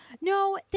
No